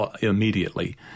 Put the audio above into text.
immediately